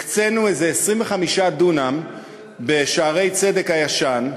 הקצינו איזה 25 דונם ב"שערי צדק" הישן,